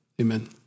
amen